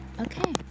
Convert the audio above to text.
okay